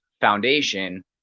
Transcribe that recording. foundation